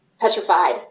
Petrified